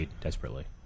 desperately